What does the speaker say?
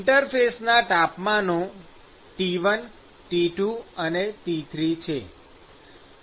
ઇન્ટરફેસના તાપમાનો T1 T2 અને T3 છે